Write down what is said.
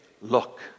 look